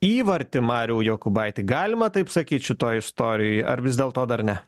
įvartį mariau jokubaiti galima taip sakyt šitoj istorijoj ar vis dėlto dar ne